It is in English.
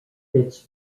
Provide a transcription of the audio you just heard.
fitz